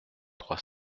trois